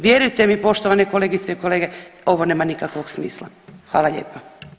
Vjerujte mi poštovane kolegice i kolege ovo nema nikakvog smisla, hvala lijepa.